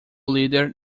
líder